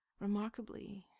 Remarkably